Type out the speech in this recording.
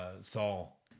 Saul